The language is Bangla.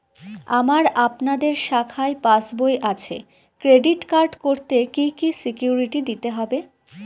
আমার আপনাদের শাখায় পাসবই আছে ক্রেডিট কার্ড করতে কি কি সিকিউরিটি দিতে হবে?